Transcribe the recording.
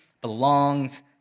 belongs